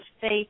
faith